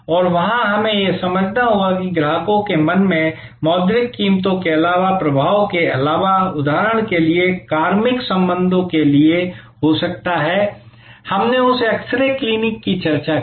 और वहां हमें यह समझना होगा कि ग्राहकों के मन में मौद्रिक कीमतों के अलावा प्रभाव के अलावा उदाहरण के लिए कार्मिक संबंधों के लिए हो सकता है हमने उस एक्स रे क्लिनिक की चर्चा की